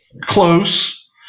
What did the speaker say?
close